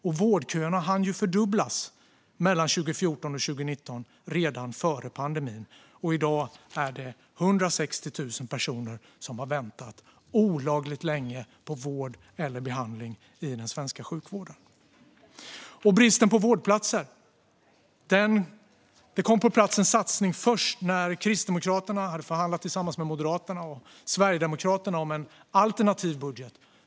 Och vårdköerna hann fördubblas mellan 2014 och 2019, redan före pandemin. I dag är det 160 000 personer som har väntat olagligt länge på vård eller behandling i den svenska sjukvården. När det gäller bristen på vårdplatser kom det en satsning på plats först när Kristdemokraterna hade förhandlat tillsammans med Moderaterna och Sverigedemokraterna om en alternativ budget.